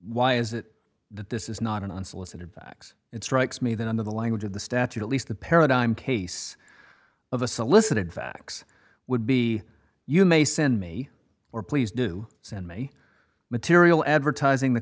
why is it that this is not an unsolicited fax it strikes me that on the language of the statute at least the paradigm case of the solicited facts would be you may send me or please do send me material advertising th